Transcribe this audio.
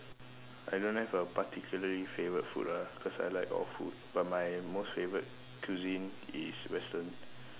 I don't have a particularly favourite food ah cause I like all food but my most favourite cuisine is Western